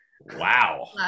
wow